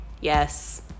Yes